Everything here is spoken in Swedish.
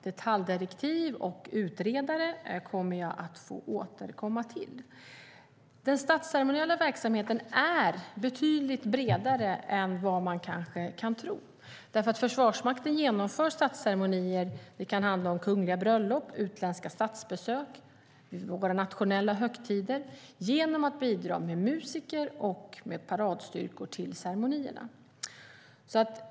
Detaljdirektiv och utredare kommer jag att få återkomma med. Den statsceremoniella verksamheten är betydligt bredare än vad man kanske kan tro, för Försvarsmakten genomför statsceremonier - det kan handla om kungliga bröllop, utländska statsbesök och våra nationella högtider - genom att bidra med musiker och paradstyrkor till ceremonierna.